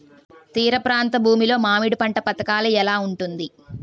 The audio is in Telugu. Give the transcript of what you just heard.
తీర ప్రాంత భూమి లో మామిడి పంట పథకాల ఎలా ఉంటుంది?